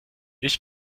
ich